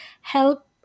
help